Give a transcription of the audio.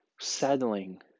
settling